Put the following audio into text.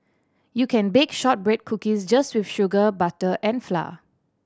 you can bake shortbread cookies just with sugar butter and flour